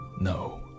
No